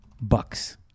Bucks